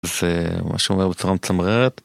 זה מה שאומר בצורה מצמררת.